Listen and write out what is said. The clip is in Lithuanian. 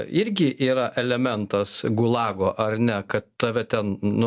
irgi yra elementas gulago ar ne kad tave ten nu